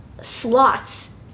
slots